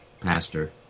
pastor